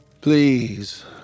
Please